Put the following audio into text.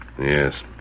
Yes